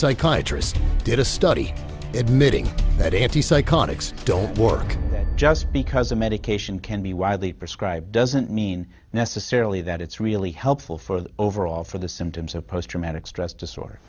psychiatrist did a study admitting that anti psychotics don't work that just because a medication can be widely prescribed doesn't mean necessarily that it's really helpful for the overall for the symptoms of post traumatic stress disorder